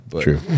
True